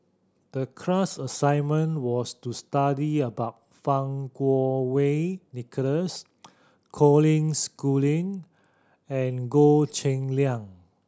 the class assignment was to study about Fang Kuo Wei Nicholas Colin Schooling and Goh Cheng Liang